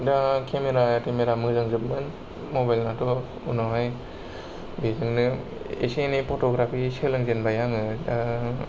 दा केमेरा थेमेरा मोजांजोबमोन मबाइनाथ' उनावहाय बेजोंनो एसे एनै फट'ग्राफि सोलोंजेनबाय आङो दा